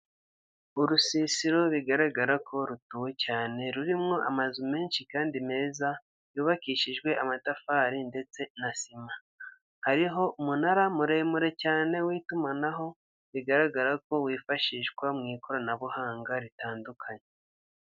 Urusisiro bigaragara ko rutuwe cyane rurimo amazu menshi kandi meza yubakishijwe amatafari ndetse na sima hariho umunara muremure cyane w'itumanaho, bigaragara ko wifashishwa mu ikoranabuhanga ritandukanye.